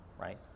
right